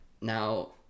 now